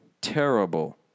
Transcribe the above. terrible